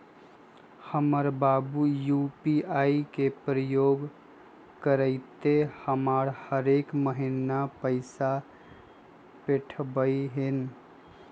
हमर बाबू यू.पी.आई के प्रयोग करइते हमरा हरेक महिन्ना पैइसा पेठबइ छिन्ह